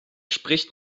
spricht